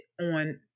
on